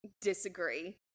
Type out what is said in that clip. disagree